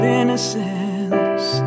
innocence